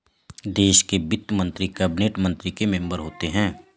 देश के वित्त मंत्री कैबिनेट के मेंबर होते हैं